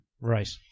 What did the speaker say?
Right